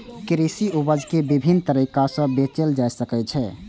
कृषि उपज कें विभिन्न तरीका सं बेचल जा सकै छै